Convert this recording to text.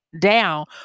down